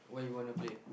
where you wanna play